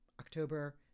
October